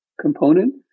component